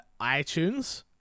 iTunes